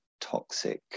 Toxic